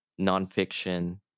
nonfiction